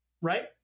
right